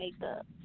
makeup